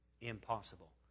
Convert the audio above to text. impossible